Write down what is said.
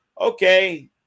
okay